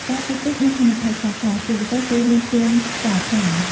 ការជិះទូកមានហានិភ័យខ្លះៗជាពិសេសពេលមានភ្លៀងខ្យល់ខ្លាំង។